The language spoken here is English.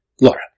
Laura